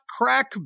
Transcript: crack